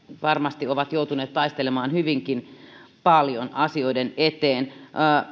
varmasti ovat joutuneet taistelemaan hyvinkin paljon asioiden eteen